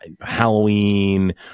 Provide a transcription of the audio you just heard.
Halloween